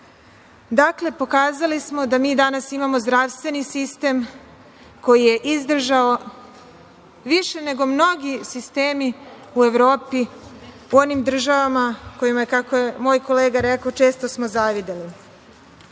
Dakle, pokazali smo da mi danas imamo zdravstveni sistem koji je izdržao više nego mnogi sistemi u Evropi, u onim državama kojima smo, kako je moj kolega rekao, često zavideli. Vojska